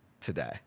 today